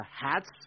hats